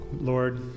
Lord